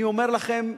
אני אומר לכם,